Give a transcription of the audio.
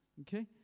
Okay